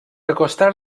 acostar